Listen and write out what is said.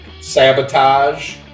Sabotage